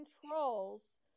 controls